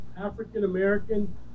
African-American